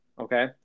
Okay